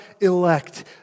elect